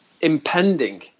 impending